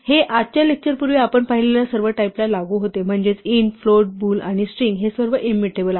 हे आजच्या लेक्चरपूर्वी आपण पाहिलेल्या सर्व टाईपना लागू होते म्हणजे int float bool आणि string हे सर्व इम्यूटेबल आहेत